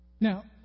Now